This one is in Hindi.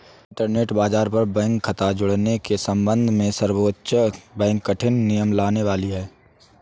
इंटरनेट बाज़ार पर बैंक खता जुड़ने के सम्बन्ध में सर्वोच्च बैंक कठिन नियम लाने वाली है